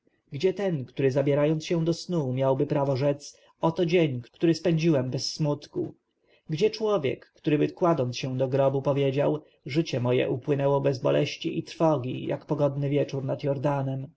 ten który zabierając się do snu miałby prawo rzec oto dzień który spędziłem bez smutku gdzie człowiek któryby kładąc się do grobu powiedział życie moje upłynęło bez boleści i trwogi jak pogodny wieczór nad